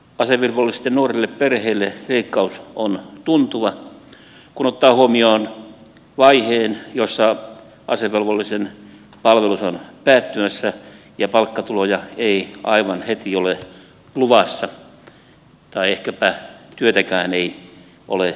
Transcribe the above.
asevelvollisten nuorille perheille leikkaus on tuntuva kun ottaa huomioon vaiheen jossa asevelvollisen palvelus on päättymässä ja palkkatuloja ei aivan heti ole luvassa tai ehkäpä työtäkään ei ole tarjolla